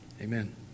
Amen